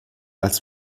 als